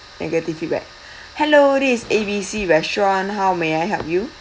negative feedback hello this is A B C restaurant how may I help you